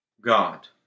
God